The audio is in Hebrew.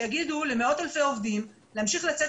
שיגידו למאות אלפי עובדים להמשיך לצאת